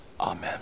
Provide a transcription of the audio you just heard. Amen